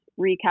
recap